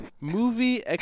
Movie